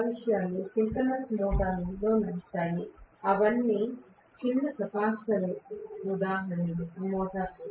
ఆ విషయాలు సింక్రోనస్ మోటారులతో నడుస్తాయి అవన్నీ చిన్న కెపాసిటివ్ మోటార్లు